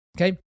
Okay